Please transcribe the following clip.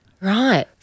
Right